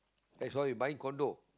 eh sorry buying condo